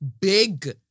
big